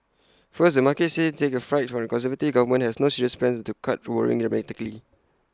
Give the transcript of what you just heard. first the markets take fright that A conservative government has no serious plans to cut borrowing dramatically